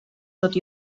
tot